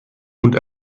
und